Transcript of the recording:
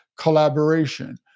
collaboration